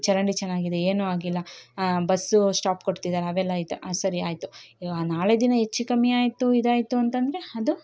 ಚರಂಡಿ ಚೆನ್ನಾಗಿದೆ ಏನು ಆಗಿಲ್ಲ ಬಸ್ಸು ಸ್ಟಾಪ್ ಕೊಡ್ತಿದಾರೆ ಅವೆಲ್ಲ ಆಯ್ತು ಸರಿ ಆಯಿತು ಇವ ನಾಳೆ ದಿನ ಹೆಚ್ಚು ಕಮ್ಮಿ ಆಯಿತು ಇದಾಯಿತು ಅಂತಂದ್ರೆ ಅದು